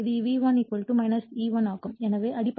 எனவே இது V1 E1 ஆகும்